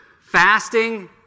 fasting